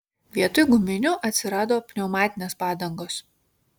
vietoj guminių atsirado pneumatinės padangos